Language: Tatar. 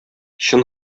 чын